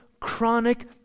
chronic